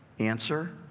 answer